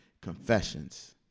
confessions